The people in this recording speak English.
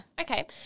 Okay